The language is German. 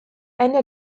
ende